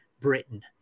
Britain